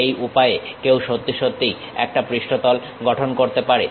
এই উপায়ে কেউ সত্যি সত্যিই একটা পৃষ্ঠতল গঠন করতে পারে